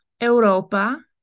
Europa